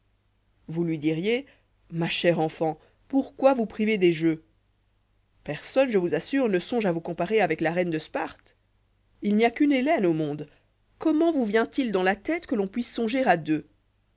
vous lui diriez ma chère enfant pourquoi vous priver des jeux t personne je vous assure ne songe à vous comparer avec la reine de sparte il n'y a qu'une hélène au monde comment vous vient-il dans la tête que l'on puisse songer à deux